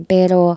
Pero